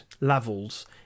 levels